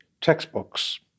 textbooks